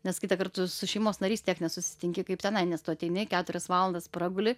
nes kita vertus su šeimos nariais tiek nesusitinki kaip tenai nes tu ateini keturias valandas praguli